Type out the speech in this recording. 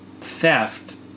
theft